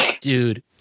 Dude